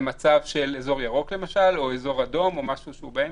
למצב של אזור ירוק למשל או אזור אדום או משהו שהוא באמצע?